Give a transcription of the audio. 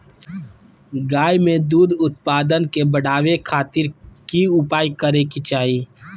गाय में दूध उत्पादन के बढ़ावे खातिर की उपाय करें कि चाही?